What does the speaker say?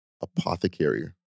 apothecary